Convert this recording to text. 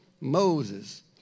Moses